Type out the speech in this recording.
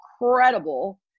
incredible